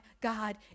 God